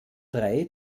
drei